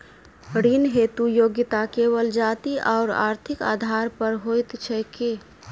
ऋण हेतु योग्यता केवल जाति आओर आर्थिक आधार पर होइत छैक की?